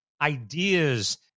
ideas